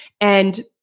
And-